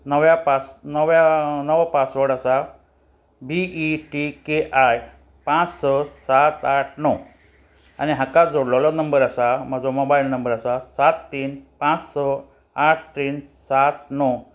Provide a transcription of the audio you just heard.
नव्या पा नव्या नवो पासवर्ड आसा B E T K I पांच स सात आठ णव आनी हाका जोडलेलो नंबर आसा म्हजो मोबायल नंबर आसा सात तीन पांच स आठ तीन सात णव